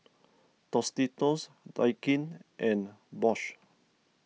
Tostitos Daikin and Bose